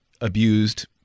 abused